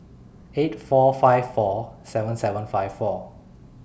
eight four five four seven seven five four